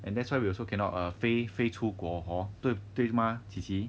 and that's why we also cannot err 飞飞出国 hor 对对吗 hor qi qi